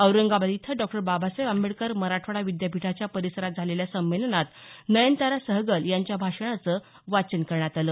औरंगाबाद इथं डॉ बाबासाहेब आंबेडकर मराठवाडा विद्यापीठाच्या परिसरात झालेल्या संमेलनात नयनतारा सहगल यांच्या भाषणाचं वाचन करण्यात आलं